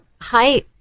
Hi